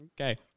Okay